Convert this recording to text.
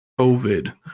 COVID